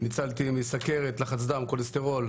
ניצלתי מסוכרת, יתר לחץ דם, כולסטרול.